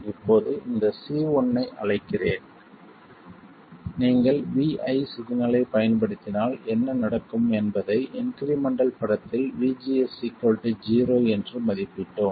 இப்போது இந்த C1 ஐ அழைக்கிறேன் நீங்கள் Vi சிக்னலைப் பயன்படுத்தினால் என்ன நடக்கும் என்பதை இன்க்ரிமெண்டல் படத்தில் VGS 0 என்று மதிப்பிட்டோம்